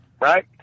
right